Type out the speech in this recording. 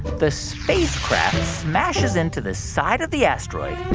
the spacecraft smashes into the side of the asteroid,